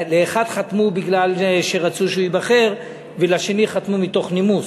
לאחד חתמו בגלל שרצו שהוא ייבחר ולשני חתמו מתוך נימוס.